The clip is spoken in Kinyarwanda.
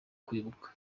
kwibuka